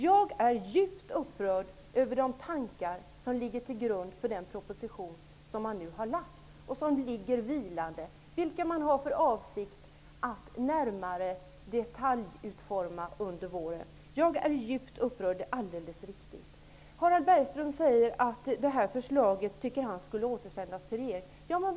Jag är djupt upprörd över de tankar som ligger till grund för den proposition som nu lagts fram, som nu ligger vilande och som man har för avsikt att detaljutforma under våren. Jag är djupt upprörd, det är alldeles riktigt. Harald Bergström säger att det här förslaget borde återsändas till regeringen.